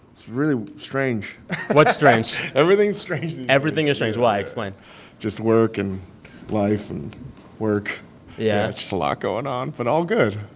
it's really strange what's strange? everything's strange everything is strange. why? explain just work and life and work yeah just a lot going on, but all good,